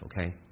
Okay